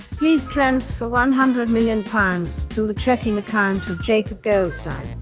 please transfer one hundred million pounds to the checking account of jacob goldstein.